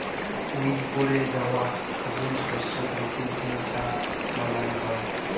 উইপড়ে যাউয়া ছবুজ শস্য থ্যাইকে যে ছার বালাল হ্যয়